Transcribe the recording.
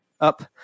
up